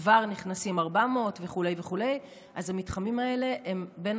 כבר נכנסים 400 וכו' וכו' אז המתחמים האלה הם בין